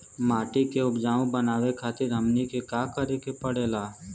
माटी के उपजाऊ बनावे खातिर हमनी के का करें के पढ़ेला?